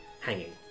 hanging